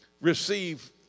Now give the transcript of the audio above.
receive